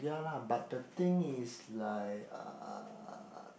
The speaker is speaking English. ya lah but the thing is like uh